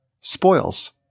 spoils